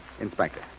Inspector